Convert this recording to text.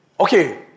Okay